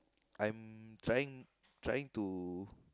I'm trying trying to